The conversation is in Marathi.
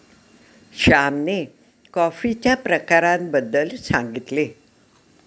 श्यामने कॉफीच्या प्रकारांबद्दल सांगितले